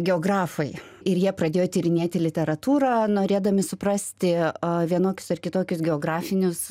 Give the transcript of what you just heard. geografai ir jie pradėjo tyrinėti literatūrą norėdami suprasti vienokius ar kitokius geografinius